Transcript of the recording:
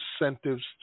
incentives